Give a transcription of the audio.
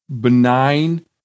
benign